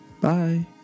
bye